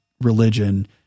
religion